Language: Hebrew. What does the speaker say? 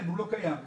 הוא לא קיים כרגע,